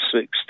six